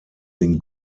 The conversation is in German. den